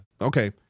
Okay